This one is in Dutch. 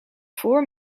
voor